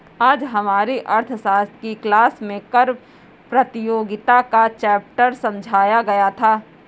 आज हमारी अर्थशास्त्र की क्लास में कर प्रतियोगिता का चैप्टर समझाया गया था